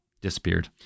Disappeared